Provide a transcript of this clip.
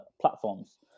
platforms